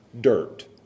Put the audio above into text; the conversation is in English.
Dirt